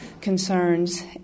concerns